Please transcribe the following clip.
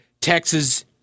Texas